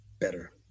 better